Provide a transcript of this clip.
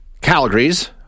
Calgary's